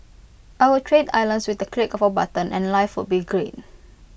I would trade islands with the click of A button and life would be great